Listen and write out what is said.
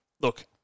Look